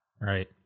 Right